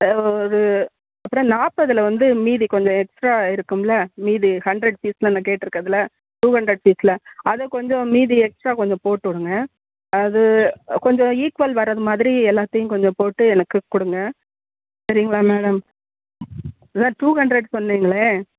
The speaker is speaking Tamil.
அது அப்புறம் நாற்பதுல வந்து மீதி கொஞ்சம் எக்ஸ்ட்ரா இருக்கும்லை மீதி ஹன்ரட் பீஸில் நான் கேட்டிருக்குறதுல டூ ஹண்ரட் பீஸில் அதை கொஞ்சம் மீதி எஸ்ட்ரா கொஞ்சம் போட்டு விடுங்க அது கொஞ்சம் ஈக்குவல் வர்றது மாதிரி எல்லாத்தையும் கொஞ்சம் போட்டு எனக்கு கொடுங்க சரிங்களா மேடம் இல்லை டூ ஹண்ரட் சொன்னேங்களே